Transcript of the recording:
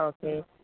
okay